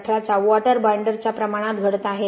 18 च्या वॉटर बाइंडरच्या प्रमाणात घडत आहेत